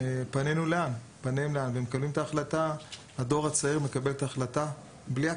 פנינו לאן, והדור הצעיר מקבל את ההחלטה בלי עכבות.